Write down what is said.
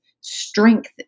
strength